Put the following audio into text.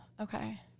Okay